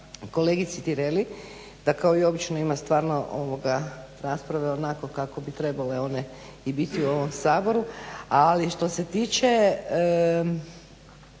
kolegici Tireli da kao i obično ima stvarno rasprave onako kako bi trebale one i biti u ovom Saboru ali što se tiče